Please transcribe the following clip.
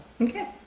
okay